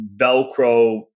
Velcro